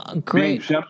great